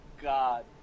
god